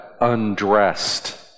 undressed